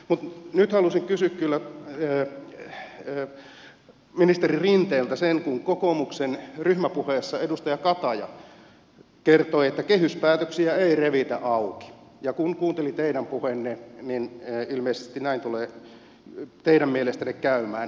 nyt haluaisin kysyä kyllä ministeri rinteeltä kun kokoomuksen ryhmäpuheessa edustaja kataja kertoi että kehyspäätöksiä ei revitä auki ja kun kuuntelin teidän puheenne niin ilmeisesti näin tulee teidän mielestänne käymään